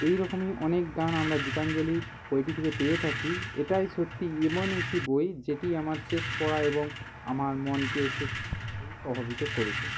এই রকমই অনেক গান আমরা গীতাঞ্জলি বইটি থেকে পেয়ে থাকি এটাই সত্যি এমন একটি বই যেটি আমার শেষ পড়া এবং আমার মনকে সত্য প্রভাবিত করেছে